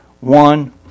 one